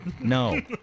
No